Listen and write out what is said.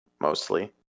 mostly